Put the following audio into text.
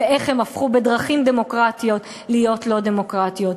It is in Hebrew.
ואיך הן הפכו בדרכים דמוקרטיות להיות לא-דמוקרטיות.